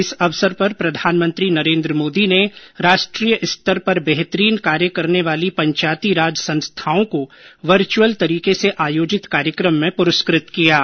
इस अवसर पर प्रधानमंत्री नरेन्द्र मोदी राष्ट्रीय स्तर पर बेहतरीन कार्य करने वाली पंचायतीराज संस्थाओं को वर्चअल तरीके से आयोजित कार्यक्रम में पुरस्कृत करेंगे